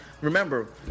Remember